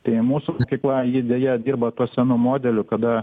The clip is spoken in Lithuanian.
tai mūsų mokykla ji deja dirba tuo senu modeliu kada